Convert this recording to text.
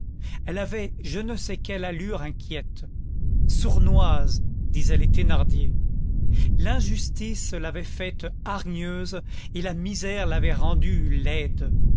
elle avait je ne sais quelle allure inquiète sournoise disaient les thénardier l'injustice l'avait faite hargneuse et la misère l'avait rendue laide